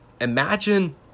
Imagine